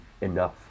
enough